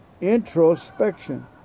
introspection